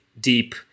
deep